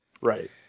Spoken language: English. Right